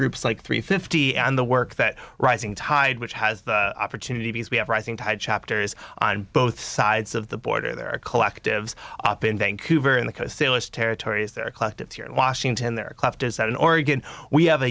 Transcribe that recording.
groups like three fifty and the work that rising tide which has the opportunity because we have rising tide chapters on both sides of the border there are collectives up in vancouver and the sailors territories their collective here in washington they're left as that in oregon we have a